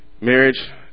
Marriage